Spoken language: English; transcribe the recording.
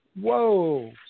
whoa